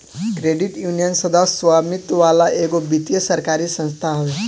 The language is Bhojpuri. क्रेडिट यूनियन, सदस्य स्वामित्व वाला एगो वित्तीय सरकारी संस्था हवे